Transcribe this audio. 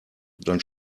dann